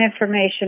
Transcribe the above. information